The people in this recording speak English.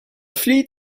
fleet